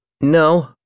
No